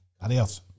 Adios